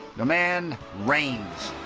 the man reigns.